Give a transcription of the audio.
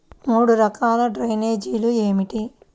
మూడు రకాల డ్రైనేజీలు ఏమిటి?